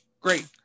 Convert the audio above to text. great